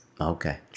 okay